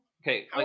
Okay